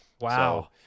Wow